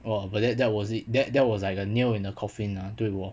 !wah! but that there was it that that was like a nail in the coffin ah 对我